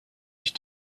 ich